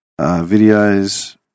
videos